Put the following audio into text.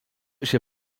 się